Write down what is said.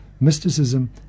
Mysticism